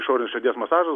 išorinis širdies masažas